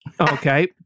okay